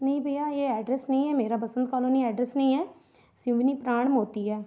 नहीं भैया यह एड्रेस नहीं है मेरा बसन्त कालोनी एड्रेस नहीं है सिवनी प्राण मोती है